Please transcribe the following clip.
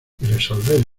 resolver